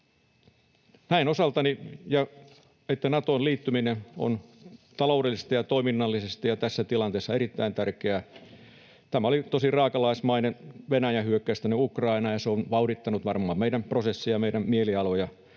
Näen osaltani, että Natoon liittyminen on taloudellisesti ja toiminnallisesti ja tässä tilanteessa erittäin tärkeää. Venäjän hyökkäys Ukrainaan oli tosi raakalaismainen, ja se on vauhdittanut varmaan meidän prosessiamme, meidän mielialojamme,